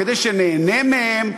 כדי שניהנה מהם,